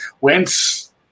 Wentz